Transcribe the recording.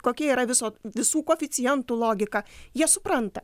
kokia yra viso visų koeficientų logika jie supranta